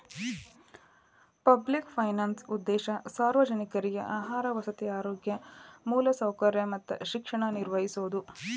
public finance ಉದ್ದೇಶ ಸಾರ್ವಜನಿಕ್ರಿಗೆ ಆಹಾರ ವಸತಿ ಆರೋಗ್ಯ ಮೂಲಸೌಕರ್ಯ ಮತ್ತ ಶಿಕ್ಷಣ ನಿರ್ವಹಿಸೋದ